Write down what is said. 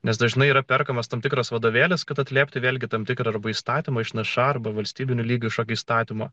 nes dažnai yra perkamas tam tikras vadovėlis kad atlieptų vėlgi tam tikrą įstatymą išnašą arba valstybiniu lygiu šokių įstatymo